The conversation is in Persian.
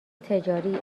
تجاری